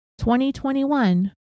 2021